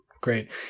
Great